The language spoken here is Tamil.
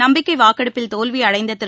நம்பிக்கை வாக்கெடுப்பில் தோல்வி அடைந்த திரு